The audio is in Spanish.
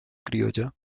criolla